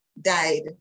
died